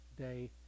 day